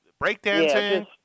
breakdancing